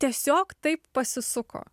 tiesiog taip pasisuko